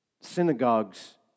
synagogues